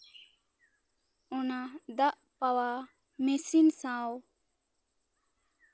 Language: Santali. ᱚᱱᱟ ᱫᱟᱜ ᱯᱟᱣᱟᱣ ᱢᱮᱥᱤᱱ ᱥᱟᱶ